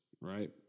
right